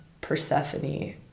Persephone